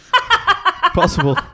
Possible